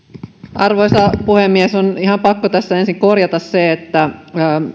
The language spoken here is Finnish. arvoisa puhemies on ihan pakko tässä ensin korjata se että